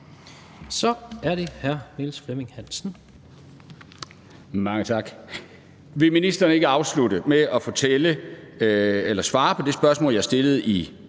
Mange tak. Vil ministeren ikke afslutte med at svare på det spørgsmål, jeg stillede